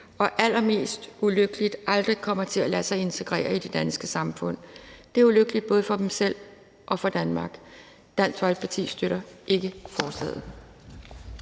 det allermest ulykkelige er, at de aldrig kommer til at lade sig integrere i det danske samfund. Det er ulykkeligt både for dem selv og for Danmark. Dansk Folkeparti støtter ikke forslaget.